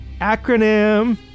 acronym